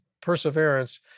perseverance